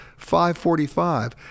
$545